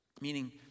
meaning